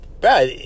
bro